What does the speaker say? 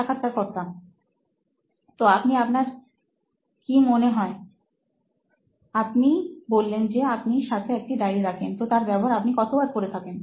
সাক্ষাৎকারকর্তা তো আপনার কি মনে হয়আপনি বললেন যে আপনি সাথে একটা ডায়রি রাখেন তো তার ব্যবহার আপনি কতবার করে থাকেন